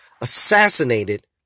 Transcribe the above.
assassinated